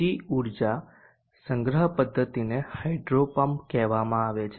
બીજી ઉર્જા સંગ્રહ પદ્ધતિને હાઇડ્રો પમ્પ કહેવામાં આવે છે